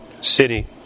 city